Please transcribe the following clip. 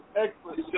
Excellent